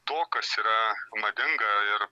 to kas yra madinga ir